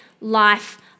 life